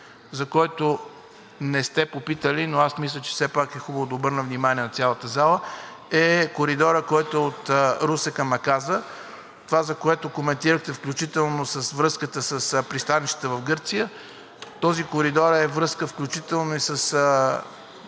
за който не сте попитали, но аз мисля, че все пак е хубаво да обърна внимание на цялата зала, е коридорът, който е от Русе към Маказа. Това, което коментирахте, включително за връзката с пристанище в Гърция. Този коридор е връзка, включително и с